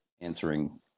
answering